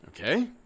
okay